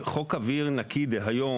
חמש ואני צריך את כל הדברים האלה,